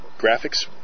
Graphics